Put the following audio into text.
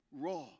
raw